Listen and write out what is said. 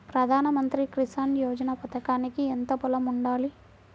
ప్రధాన మంత్రి కిసాన్ యోజన పథకానికి ఎంత పొలం ఉండాలి?